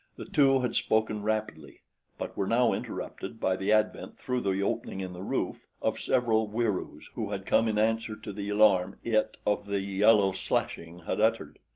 the two had spoken rapidly but were now interrupted by the advent through the opening in the roof of several wieroos who had come in answer to the alarm it of the yellow slashing had uttered.